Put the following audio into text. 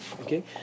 Okay